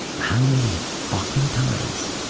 how many fucking times,